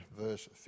verse